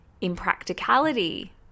impracticality